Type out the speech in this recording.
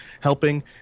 helping